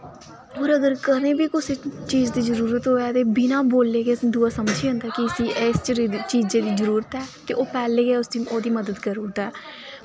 और अगर कदें बी कुसै चीज दी जरूरत होऐ ते बिना बोले गै दुआ समझी जंदा कि इस्सी इस चरिजे चीजे दी जरूरत ऐ ते ओ पैह्लें गै उस्सी उ ओह्दी मदद करी ओड़दा ऐ